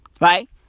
right